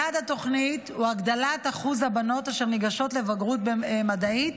יעד התוכנית הוא הגדלת שיעור הבנות אשר ניגשות לבגרות מדעית